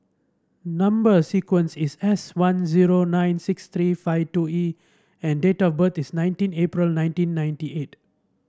number sequence is S one zero nine six three five two E and date of birth is nineteen April nineteen ninety eight